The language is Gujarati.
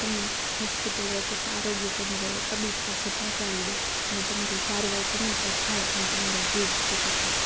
તમને હોસ્પિટલ એટલે કે આરોગ્ય કેન્દ્રે એ તબીબ પાસે પહોંચાડી દે અને તમારી સારવાર સમયસર થાય અને તમારો જીવ બચી શકે